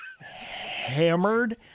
hammered